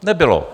Nebylo.